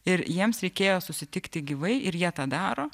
ir jiems reikėjo susitikti gyvai ir jie tą daro